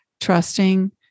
trusting